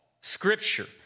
Scripture